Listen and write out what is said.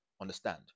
Understand